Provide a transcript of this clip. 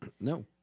No